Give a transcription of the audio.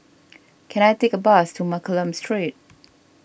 can I take a bus to Mccallum Street